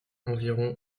environ